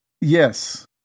Yes